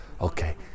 okay